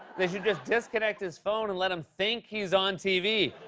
they should just disconnect his phone and let him think he's on tv.